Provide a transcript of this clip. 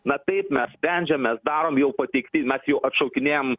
na taip mes sprendžiam mes darom jau pateikti mes jau atšaukinėjam